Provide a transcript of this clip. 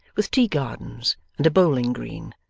with tea-gardens and a bowling green,